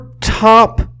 top